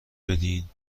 بدین